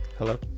Hello